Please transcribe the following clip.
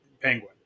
penguin